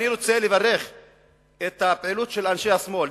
אני רוצה לברך על הפעילות של אנשי השמאל.